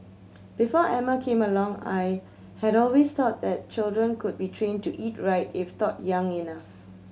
before Emma came along I had always thought that children could be trained to eat right if taught young enough